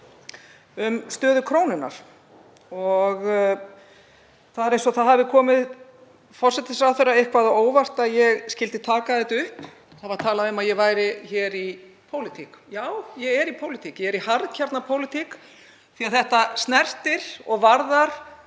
um stöðu krónunnar. Það er eins og það hafi komið forsætisráðherra eitthvað á óvart að ég skyldi taka þetta upp. Það var talað um að ég væri hér í pólitík. Já, ég er í pólitík, harðkjarnapólitík, því að þetta varðar